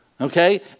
Okay